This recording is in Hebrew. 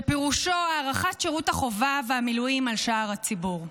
שפירושו הארכת שירות החובה והמילואים על שאר הציבור.